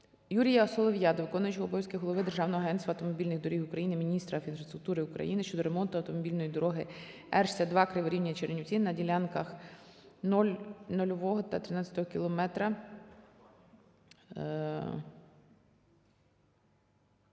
Юрія Солов'я до виконуючого обов'язків голови Державного агентства автомобільних доріг України, міністра інфраструктури України щодо ремонту автомобільної дороги Р-62 Криворівня - Чернівці на ділянках нульового